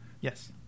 yes